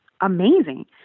amazing